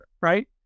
right